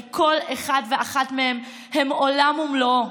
כי כל אחד ואחת מהם הוא עולם ומלואו.